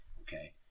Okay